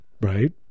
right